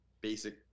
basic